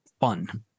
Fun